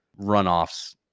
runoffs